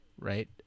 right